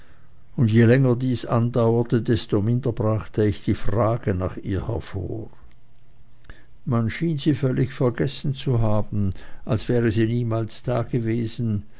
und je länger dies andauerte desto minder brachte ich die frage nach ihr hervor man schien sie völlig vergessen zu haben als wäre sie niemals dagewesen